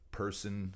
person